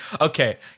Okay